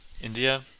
India